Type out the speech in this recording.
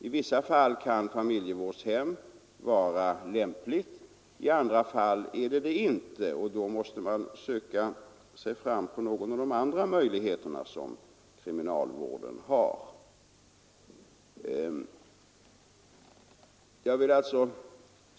I vissa fall kan familjevårdshem vara en lämplig vårdform, i andra inte. Då måste man söka sig fram via någon av de andra möjligheter som kriminalvården har.